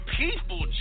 people